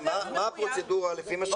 סימה, מה הפרוצדורה של איסוף החתימות?